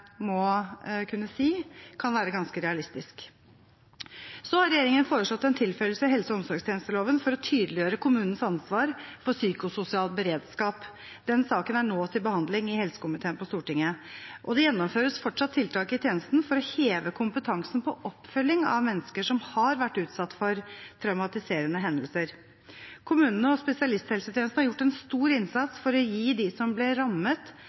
må kunne si kan være ganske reell. Så har regjeringen foreslått en tilføyelse i helse- og omsorgstjenesteloven for å tydeliggjøre kommunens ansvar for psykososial beredskap. Den saken er nå til behandling i helsekomiteen på Stortinget. Det gjennomføres fortsatt tiltak i tjenesten for å heve kompetansen på oppfølging av mennesker som har vært utsatt for traumatiserende hendelser. Kommunene og spesialisthelsetjenesten har gjort en stor innsats for å gi dem som ble rammet